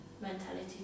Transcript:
mentality